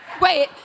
Wait